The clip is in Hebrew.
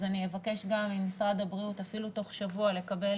אז אני אבקש גם ממשרד הבריאות אפילו תוך שבוע לקבל